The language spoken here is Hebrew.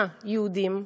יהודים,